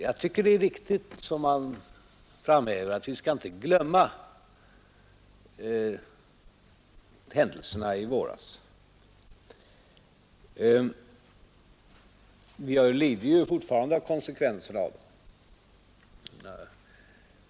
Jag tycker det är riktigt, som han framhäver, att vi inte skall glömma händelserna i våras. Vi lider ju fortfarande av konsekvenserna av dem.